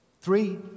Three